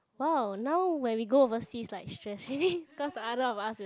!wow! now when we go overseas like stress already cause the other of us will